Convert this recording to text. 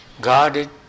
guarded